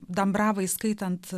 dambrava įskaitant